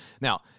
Now